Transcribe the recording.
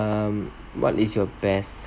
um what is your best